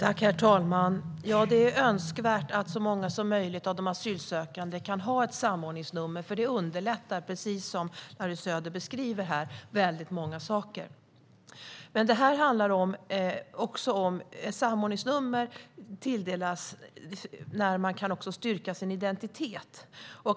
Herr talman! Det är önskvärt att så många som möjligt av de asylsökande kan ha ett samordningsnummer. Precis som Larry Söder beskriver här underlättar det för väldigt många saker. Samordningsnummer tilldelas när man kan styrka sin identitet.